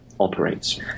Operates